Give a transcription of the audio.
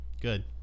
Good